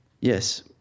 Yes